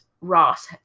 Ross